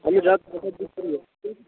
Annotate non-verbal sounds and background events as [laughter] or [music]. আমি যাচ্ছি [unintelligible] দিক করে যাচ্ছি